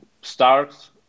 start